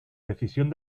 decisión